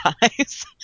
guys